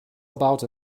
about